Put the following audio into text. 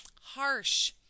harsh